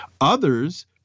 Others